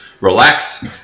relax